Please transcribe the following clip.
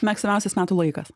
mėgstamiausias metų laikas